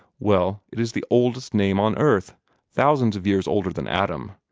well, it is the oldest name on earth thousands of years older than adam.